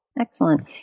Excellent